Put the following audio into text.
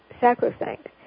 sacrosanct